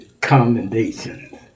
commendations